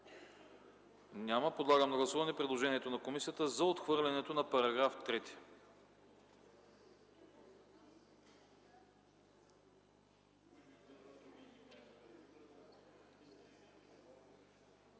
Няма. Подлагам на гласуване предложението на комисията за отхвърляне на § 3.